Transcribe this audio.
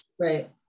Right